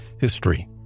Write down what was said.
history